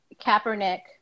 Kaepernick